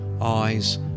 eyes